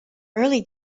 early